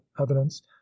evidence